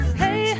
hey